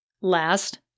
Last